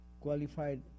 qualified